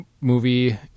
movie